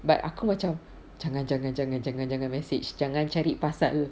but aku macam jangan jangan jangan jangan jangan jangan message jangan cari pasal